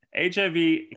HIV